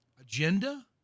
agenda